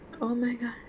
oh my god